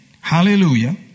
Hallelujah